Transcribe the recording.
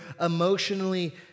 emotionally